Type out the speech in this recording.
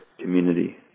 community